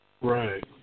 Right